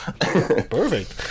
perfect